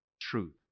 truth